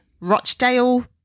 Rochdale